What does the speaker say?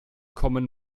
kommen